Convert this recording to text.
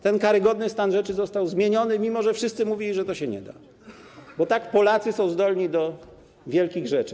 Ten karygodny stan rzeczy został zmieniony - mimo że wszyscy mówili, że się nie da - bo Polacy są zdolni do wielkich rzeczy.